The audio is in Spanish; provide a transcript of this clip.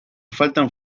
faltan